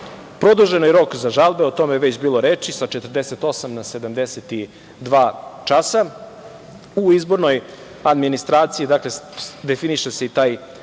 je rok za žalbe, o tome je već bilo reči, sa 48 na 72 časa. U izbornoj administraciji, dakle, definiše se i taj